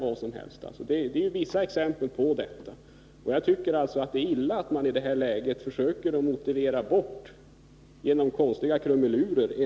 Delar kommunikationsministern uppfattningen att en ökad nordisk ungdomsturism är önskvärd av kulturpolitiska och samhällsekonomiska skäl?